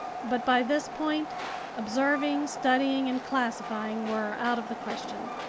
but by this point observing, studying, and classifying were out of the question.